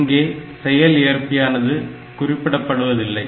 இங்கே செயல்ஏற்பியானது குறிப்பிடப்படுவதில்லை